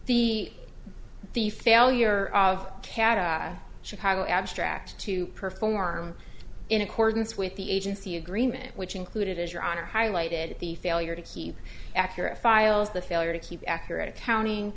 the the failure of cata chicago abstract to perform in accordance with the agency agreement which included as your honor highlighted the failure to keep accurate files the failure to keep accurate accounting